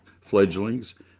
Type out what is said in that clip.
fledglings